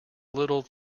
little